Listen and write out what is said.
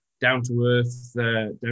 down-to-earth